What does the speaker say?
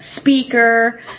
Speaker